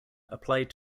applied